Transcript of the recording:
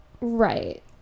Right